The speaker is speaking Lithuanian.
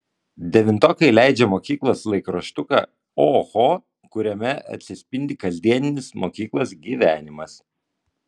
devintokai leidžia mokyklos laikraštuką oho kuriame atsispindi kasdieninis mokyklos gyvenimas